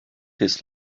his